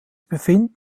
befinden